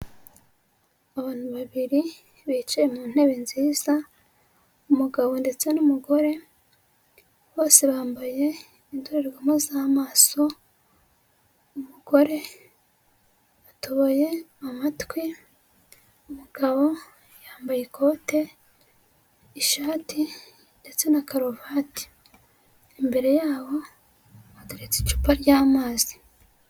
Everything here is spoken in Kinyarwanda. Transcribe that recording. Abantu babiri bicaye mu ntebe nziza, umugabo ndetse n'umugore, bose bambaye indorerwamo z'amaso, umugore yatoboye amatwi, umugabo yambaye ikote, ishati ndetse na karuvati. Imbere yabo hateretse icupa ry'amazi.